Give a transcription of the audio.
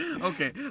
okay